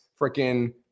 freaking